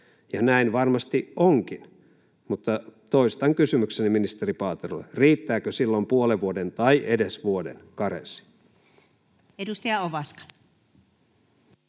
ja näin varmasti onkin. Mutta toistan kysymykseni ministeri Paaterolle: riittääkö silloin puolen vuoden tai edes vuoden karenssi? Edustaja Ovaska.